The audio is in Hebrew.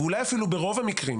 ואולי אפילו ברוב המקרים.